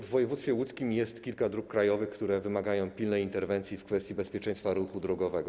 W województwie łódzkim jest kilka dróg krajowych, które wymagają pilnej interwencji w kwestii bezpieczeństwa ruchu drogowego.